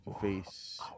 Face